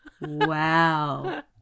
wow